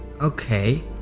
okay